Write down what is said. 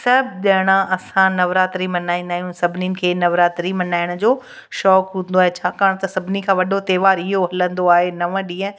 सभु ॼणा असां नवरात्री मल्हाईंदा आहियूं सभिनिनि खे नवरात्री मल्हाइणु जो शौक़ु हूंदो आहे छाकाणि त सभिनी खां वॾो त्योहार इहो हलंदो आहे नव ॾींहं